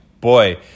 boy